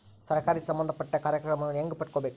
ಸರಕಾರಿ ಸಂಬಂಧಪಟ್ಟ ಕಾರ್ಯಕ್ರಮಗಳನ್ನು ಹೆಂಗ ಪಡ್ಕೊಬೇಕು?